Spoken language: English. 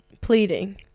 Pleading